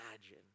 imagine